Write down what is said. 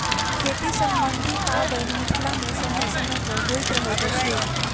खेती सम्बन्धी पाबैन मिथिला मे समय समय पर होइत रहैत अछि